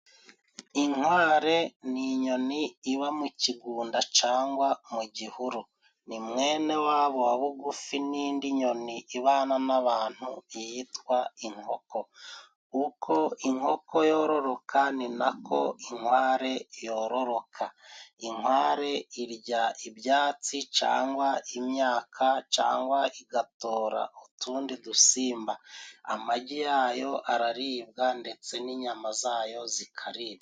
Inkware ni inyoni iba mu kigunda cagwa mu gihuru. Ni mwene wa bo wa bugufi n'indi nyoni ibana n'abantu yitwa inkoko. Uko inkoko yororoka ni nako inkware yororoka. Inkware irya ibyatsi cyangwa imyaka, cyangwa igatora utundi dusimba. Amagi ya yo araribwa ndetse n'inyama za yo zikaribwa.